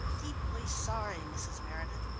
deeply sorry, mrs. meredith,